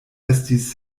estis